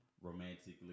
romantically